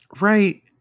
Right